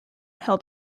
held